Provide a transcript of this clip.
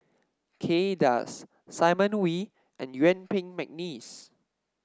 Kay Das Simon Wee and Yuen Peng McNeice